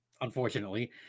unfortunately